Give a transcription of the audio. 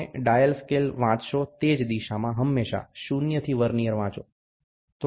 તમે dial scale વાંચશો તે જ દિશામાં હંમેશા શૂન્યથી વર્નિઅર વાંચો